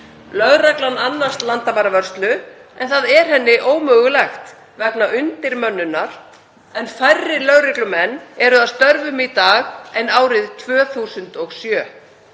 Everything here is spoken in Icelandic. Lögreglan annast landamæravörslu en það er henni ómögulegt vegna undirmönnunar. Færri lögreglumenn eru að störfum í dag en árið 2007.